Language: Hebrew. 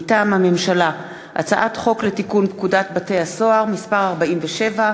מטעם הממשלה: הצעת חוק לתיקון פקודת בתי-הסוהר (מס' 47),